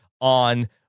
on